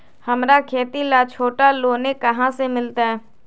हमरा खेती ला छोटा लोने कहाँ से मिलतै?